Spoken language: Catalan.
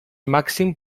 màxim